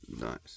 Nice